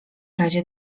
razie